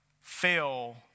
fail